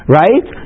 right